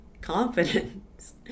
Confidence